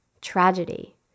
tragedy